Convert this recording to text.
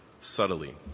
subtly